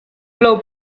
plou